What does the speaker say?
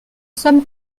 sommes